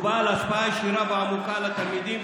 בעל השפעה ישירה ועמוקה על התלמידים,